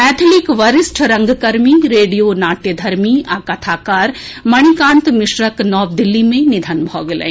मैथिलीक वरिष्ठ रंगकर्मी रेडिया नाट्यधर्मी आ कथाकार मणिकांत मिश्रक नव दिल्ली मे निधन भऽ गेलनि